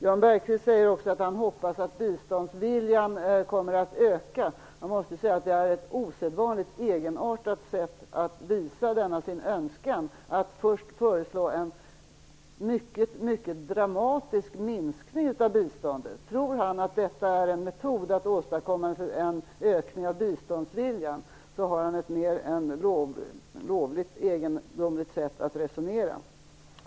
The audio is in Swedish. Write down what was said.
Jan Bergqvist säger också att han hoppas att biståndsviljan kommer att öka. Jag måste säga att det är ett osedvanligt egenartat sätt att visa denna önskan på att först föreslå en mycket dramatisk minskning av biståndet. Tror Jan Bergqvist att det är en metod att åstadkomma en ökning av biståndsviljan, så har han ett mer än lovligt egendomligt sätt att resonera.